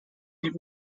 die